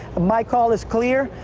my call is clear.